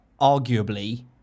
Arguably